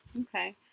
Okay